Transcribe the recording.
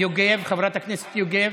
חברת הכנסת יוגב,